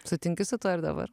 sutinki su tuo ir dabar